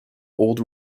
old